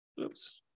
Oops